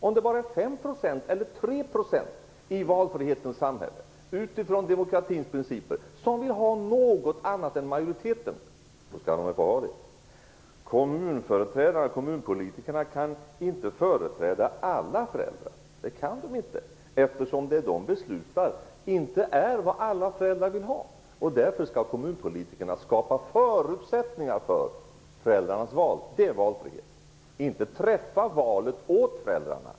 Om det bara är 5 % eller 3 % i valfrihetens samhälle som vill ha något annat än majoriteten skall de få det utifrån demokratins principer. Kommunpolitikerna kan inte företräda alla föräldrar. Det kan de inte eftersom det de beslutar inte är vad alla föräldrar vill ha. Därför skall kommunpolitikerna skapa förutsättningar för föräldrarnas val. Det är valfrihet. De skall inte träffa valet åt föräldrarna.